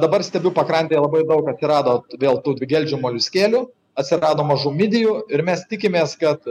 dabar stebiu pakrantėje labai daug atsirado vėl tų dvigeldžių moliuskelių atsirado mažų midijų ir mes tikimės kad